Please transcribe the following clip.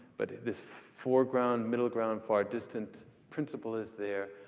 but this foreground, middle ground, far distant principle is there.